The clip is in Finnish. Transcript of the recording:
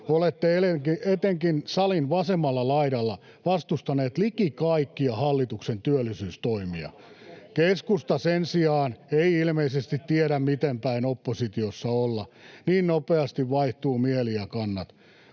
Olette etenkin salin vasemmalla laidalla vastustaneet liki kaikkia hallituksen työllisyystoimia. Keskusta sen sijaan ei ilmeisesti tiedä, miten päin oppositiossa olla: niin nopeasti vaihtuvat mieli ja kannat.